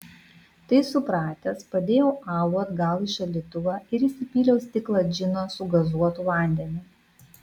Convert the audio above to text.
tai supratęs padėjau alų atgal į šaldytuvą ir įsipyliau stiklą džino su gazuotu vandeniu